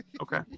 Okay